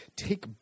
take